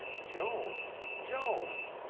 joan! joan!